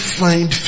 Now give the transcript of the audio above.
find